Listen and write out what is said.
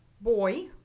boy